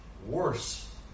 worse